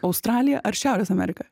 australija ar šiaurės amerika